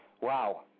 Wow